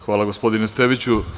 Hvala, gospodine Steviću.